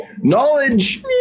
Knowledge